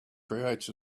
creates